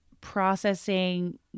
processing